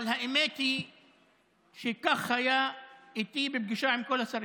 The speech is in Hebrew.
אבל האמת היא שכך היה איתי בפגישה עם כל השרים.